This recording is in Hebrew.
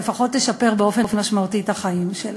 או לפחות תשפר באופן משמעותי את החיים שלהם.